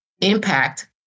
impact